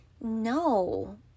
no